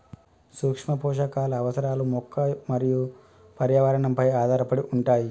సూక్ష్మపోషకాల అవసరాలు మొక్క మరియు పర్యావరణంపై ఆధారపడి ఉంటాయి